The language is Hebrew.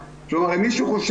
ואמרנו לה 'זו התכנית,